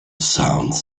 sounds